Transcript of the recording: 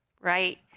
right